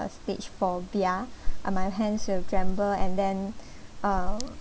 stage phobia uh my hands will tremble and then uh